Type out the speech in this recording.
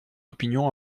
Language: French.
opinion